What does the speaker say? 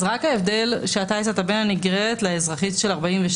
אז רק ההבדל שהצעת בין הנגררת לאזרחית של 42